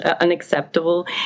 unacceptable